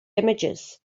images